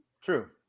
True